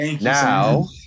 Now